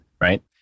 right